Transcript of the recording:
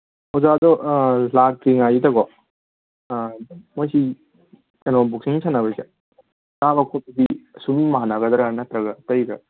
ꯑꯣꯖꯥꯗꯣ ꯂꯥꯛꯇ꯭ꯔꯤꯉꯥꯏꯁꯤꯗꯀꯣ ꯃꯣꯏꯁꯤ ꯀꯩꯅꯣ ꯕꯣꯛꯁꯤꯡ ꯁꯥꯟꯅꯕꯁꯦ ꯆꯥꯕ ꯈꯣꯠꯄꯗꯤ ꯁꯨꯝ ꯃꯥꯟꯟꯒꯗ꯭ꯔ ꯅꯠꯇ꯭ꯔꯒ ꯑꯇꯩꯒ